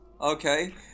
Okay